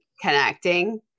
connecting